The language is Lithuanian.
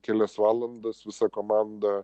kelias valandas visa komanda